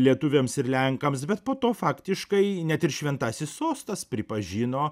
lietuviams ir lenkams bet po to faktiškai net ir šventasis sostas pripažino